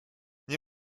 nie